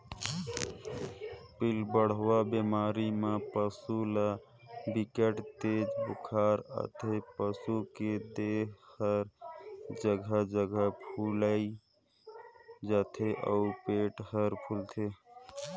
पिलबढ़वा बेमारी म पसू ल बिकट तेज बुखार आथे, पसू के देह हर जघा जघा फुईल जाथे अउ पेट हर फूलथे